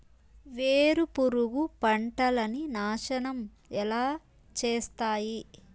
వేరుపురుగు పంటలని నాశనం ఎలా చేస్తాయి?